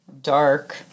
dark